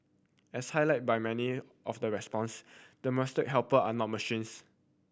as highlight by many of the response domestic helper are not machines